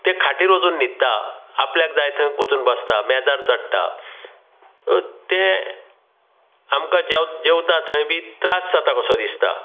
तें खाटीर वचून न्हिदता आपल्याक जाय थंय वचून बसता मेजार चडटा तें आमकां जेव जेवता थंय बी त्रास जाता कसो दिसता